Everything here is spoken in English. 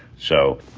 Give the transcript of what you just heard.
so